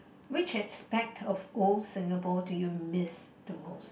which aspect of old Singapore do you miss the most